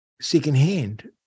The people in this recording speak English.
secondhand